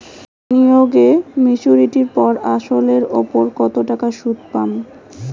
বিনিয়োগ এ মেচুরিটির পর আসল এর উপর কতো টাকা সুদ পাম?